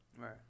Right